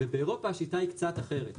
באירופה השיטה היא קצת אחרת.